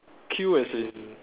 queue as in